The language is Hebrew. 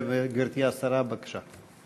גברתי השרה, בבקשה.